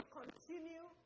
continue